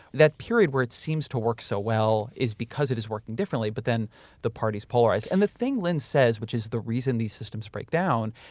that period where it seems to work so well is because it is working differently, but then the party's polarized. and the thing linz says, which is the reason these systems break down,